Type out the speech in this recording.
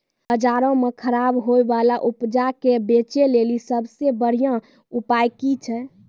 बजारो मे खराब होय बाला उपजा के बेचै लेली सभ से बढिया उपाय कि छै?